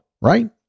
Right